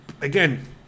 again